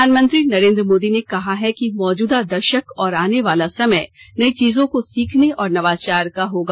प्रधानमंत्री नरेन्द्र मोदी ने कहा है कि मौजूदा दशक और आने वाला समय नई चीजों को सीखने और नवाचार का होगा